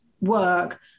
work